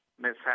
mishap